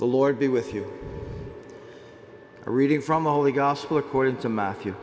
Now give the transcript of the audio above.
the lord be with you reading from the holy gospel according to matthew